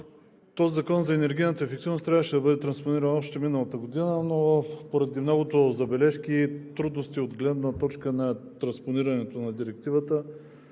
Законът за енергийната ефективност трябваше да бъде транспониран още миналата година, но поради многото забележки, трудности от гледна точка на транспонирането на Директивата,